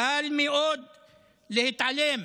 קל מאוד להתעלם.